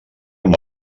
amb